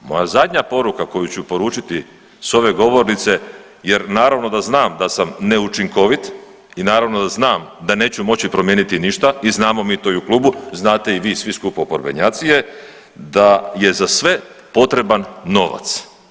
Moja zadnja poruka koju ću poručiti s ove govornice jer naravno da znam da sam neučinkovit i naravno da znam da neću moći promijeniti ništa i znamo mi to i u klubu, znate i vi svi skupa oporbenjaci je da je za sve potreban novac.